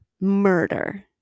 Murder